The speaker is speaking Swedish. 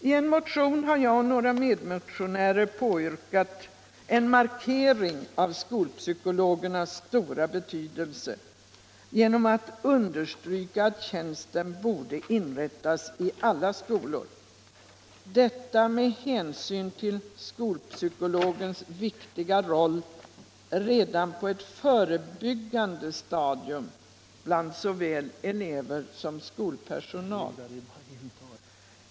I en motion har jag och några medmotionärer påyrkat en markering av skolpsykologernas stora betydelse genom att understryka att sådana tjänster borde inrättas i alla skolor, detta med hänsyn till skolpsykologens viktiga roll redan på ett förebyggande stadium bland såväl elever som skolpersonal.